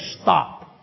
Stop